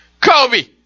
Kobe